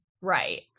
Right